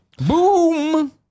Boom